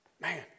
man